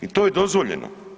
I to je dozvoljeno.